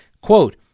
Quote